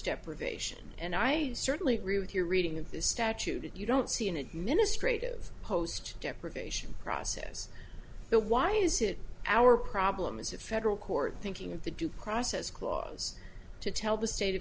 depravation and i certainly agree with your reading of the statute that you don't see an administrative post depravation process so why is it our problem is a federal court thinking of the do cross says clause to tell the state of